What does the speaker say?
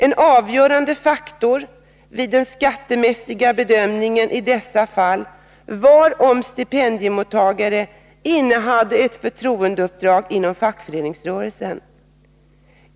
En avgörande faktor vid den skattemässiga bedömningen i dessa fall var om stipendiemottagaren innehade ett förtroendeuppdrag inom fackföreningsrörelsen.